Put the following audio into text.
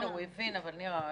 הוא הבין, נירה.